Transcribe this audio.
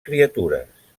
criatures